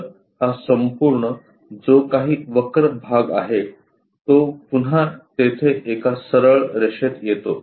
तर हा संपूर्ण जो काही वक्र भाग आहे तो पुन्हा तेथे एका सरळ रेषेत येतो